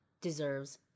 deserves